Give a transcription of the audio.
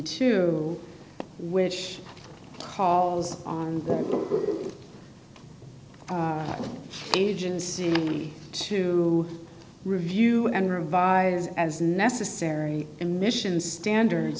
two which calls on the agency to review and revise as necessary emission standards